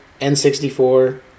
N64